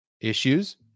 issues